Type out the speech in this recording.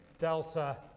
delta